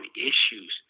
issues